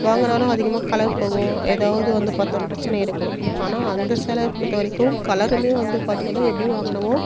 வாங்கினாலும் அதிகமாக கலர் போகும் எதாவது வந்து பார்த்திங்கனா பிரச்சனை ஏற்படும் ஆனால் அந்த சேலை பொறுத்தவரைக்கும் கலருமே வந்து பார்த்திங்கனா எப்படி வாங்கினமோ